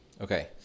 Okay